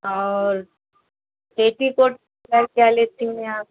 और पेटीकोट का क्या लेती हैं आप